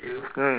mm